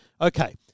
okay